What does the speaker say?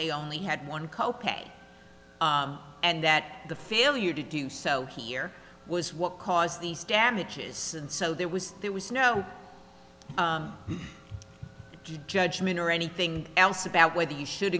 they only had one co pay and that the failure to do so here was what caused these damages and so there was there was no judgement or anything else about whether